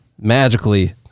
Magically